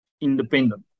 independent